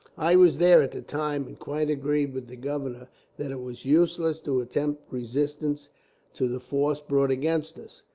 i was there at the time, and quite agreed with the governor that it was useless to attempt resistance to the force brought against us.